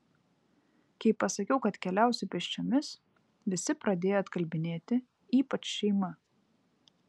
kai pasakiau kad keliausiu pėsčiomis visi pradėjo atkalbinėti ypač šeima